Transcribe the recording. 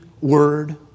word